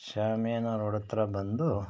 ಶಾಮಿಯಾನ ರೋಡತ್ರ ಬಂದು